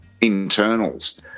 internals